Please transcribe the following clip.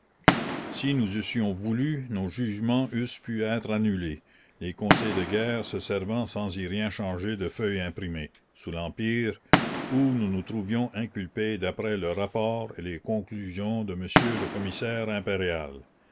si nous eussions voulu nos jugements eussent pu être annulés les conseils de guerre se servant sans y rien changer de feuilles imprimées sous l'empire où nous nous trouvions la commune inculpés d'après le rapport et les conclusions de m le